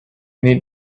need